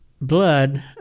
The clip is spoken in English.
blood